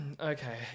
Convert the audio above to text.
Okay